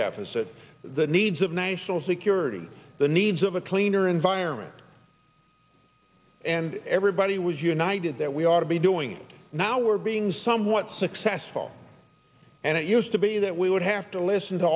deficit the needs of national security the needs of a cleaner environment and everybody was united that we ought to be doing it now we're being somewhat successful and it used to be that we would have to listen to